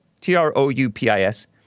T-R-O-U-P-I-S